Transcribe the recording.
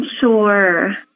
Sure